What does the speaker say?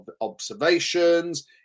observations